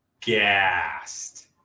gassed